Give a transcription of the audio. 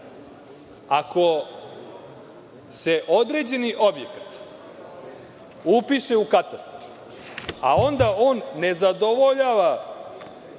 ako se određeni objekat upiše u katastar, a onda on ne zadovoljava